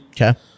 Okay